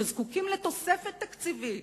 שזקוקים לתוספת תקציבית,